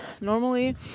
Normally